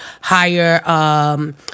hire